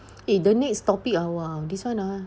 eh the next topic ah !wah! this one ah